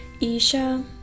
Isha